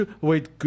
wait